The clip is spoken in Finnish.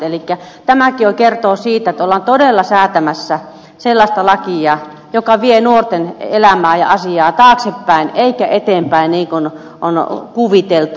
elikkä tämäkin jo kertoo siitä että ollaan todella säätämässä sellaista lakia joka vie nuorten elämää ja asiaa taaksepäin eikä eteenpäin niin kuin on kuviteltu